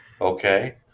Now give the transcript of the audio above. Okay